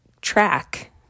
track